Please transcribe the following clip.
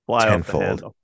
tenfold